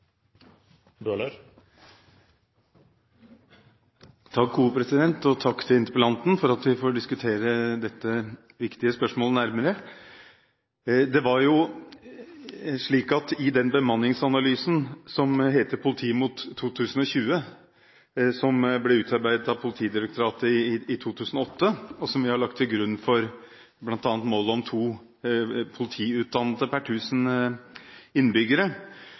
lensmannsetaten. Takk til interpellanten for at vi får diskutere dette viktige spørsmålet nærmere. I den bemanningsanalysen som heter Politiet mot 2020, som ble utarbeidet av Politidirektoratet i 2008, og som vi har lagt til grunn for bl.a. målet om to politiutdannede per